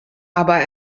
aber